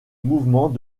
mouvement